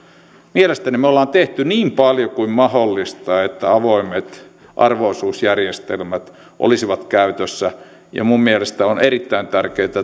mielestäni me olemme tehneet niin paljon kuin mahdollista että avoimet arvo osuusjärjestelmät olisivat käytössä minun mielestäni on erittäin tärkeätä että